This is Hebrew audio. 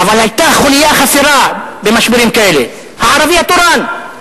היתה חוליה חסרה במשברים כאלה: הערבי התורן.